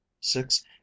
six